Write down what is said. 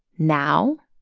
now,